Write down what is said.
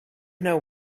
know